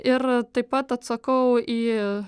ir taip pat atsakau į